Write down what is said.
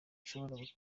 ishobora